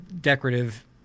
decorative